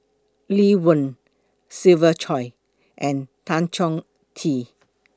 Lee Wen Siva Choy and Tan Chong Tee